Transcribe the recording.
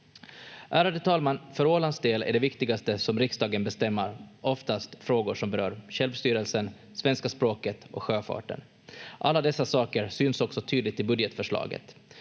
Ärade talman! För Ålands del är det viktigaste som riksdagen bestämmer oftast frågor som berör självstyrelsen, svenska språket och sjöfarten. Alla dessa saker syns också tydligt i budgetförslaget.